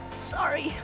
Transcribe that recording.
Sorry